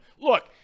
look